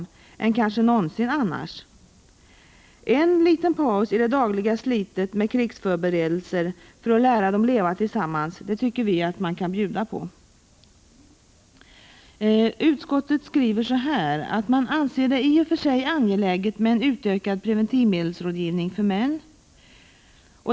En liten paus i det dagliga slitet med krigsförberedelser för att lära sig leva tillsammans tycker vi att man kan bjuda på. ”Utskottet anser det i och för sig angeläget med en utökad preventivmedelsrådgivning för män.